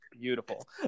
beautiful